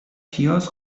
پیاز